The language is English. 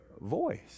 voice